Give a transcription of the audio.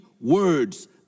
words